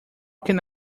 can